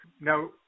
Now